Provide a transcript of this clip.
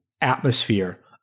atmosphere